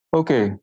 okay